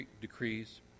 decrees